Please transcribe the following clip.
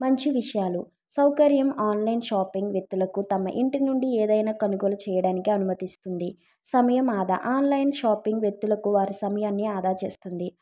మంచి విషయాలు సౌకర్యం ఆన్లైన్ షాపింగ్ వ్యక్తులకు తమ ఇంటి నుండి ఏదైనా కొనుగోలు చేయడానికి అనుమతిస్తుంది సమయం ఆదా ఆన్లైన్ షాపింగ్ వ్యక్తులకు వారి సమయాన్ని ఆదా చేస్తుంది